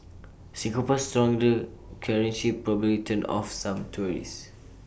Singapore's stronger currency probably turned off some tourists